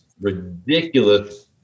ridiculous